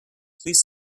please